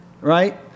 right